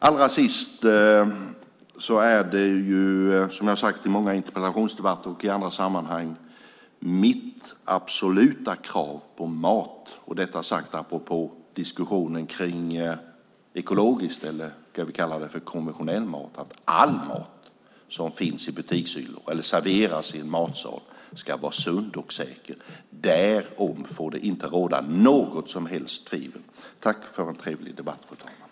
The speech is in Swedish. Allra sist är det, som jag har sagt i många interpellationsdebatter och i andra sammanhang, mitt absoluta krav - detta sagt apropå diskussionen om ekologisk eller det vi kallar för konventionell mat - att all mat som finns i butikshyllor eller serveras i en matsal ska vara sund och säker. Därom får det inte råda något som helst tvivel. Tack för en trevlig debatt, fru talman!